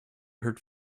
heard